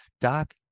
doc